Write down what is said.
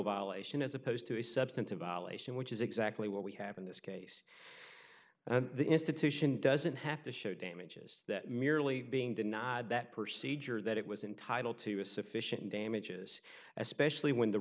violation as opposed to a substantive violation which is exactly what we have in this case and the institution doesn't have to show damages that merely being denied that proceed sure that it was entitle to a sufficient damages especially when the